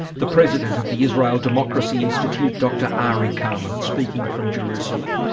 the president of the israel democracy institute, dr arye carmon speaking from jerusalem.